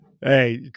hey